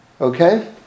Okay